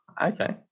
okay